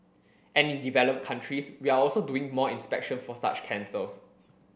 and in developed countries we are also doing more inspection for such cancers